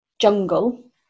jungle